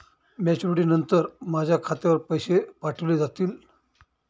Maturity नंतर माझ्या खात्यावर पैसे पाठविले जातील?